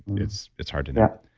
it's it's hard to know.